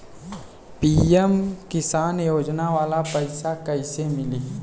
PM किसान योजना वाला पैसा कईसे मिली?